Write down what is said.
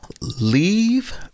leave